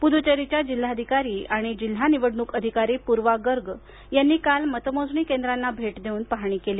पुदुच्चेरीच्या जिल्हाधिकारी आणि जिल्हा निवडणूक अधिकारी पूर्वा गर्ग यांनी काल मतमोजणी केंद्रांना भेट देऊन पाहणी केली